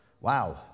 Wow